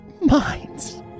minds